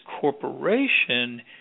corporation